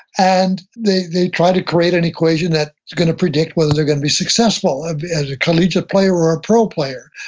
and they they try to create an equation that's going to predict whether they're going to be successful as a collegiate player or a pro player,